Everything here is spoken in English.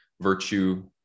virtue